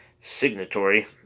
signatory